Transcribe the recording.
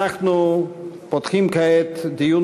אנחנו פותחים כעת דיון